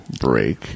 break